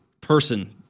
person